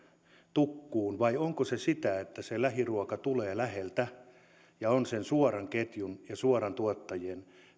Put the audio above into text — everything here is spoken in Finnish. tukkuun vai onko se sitä että lähiruoka tulee läheltä ja on suoran ketjun ja suoran tuottajien